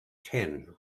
ten